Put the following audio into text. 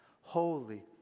holy